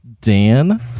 Dan